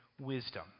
wisdom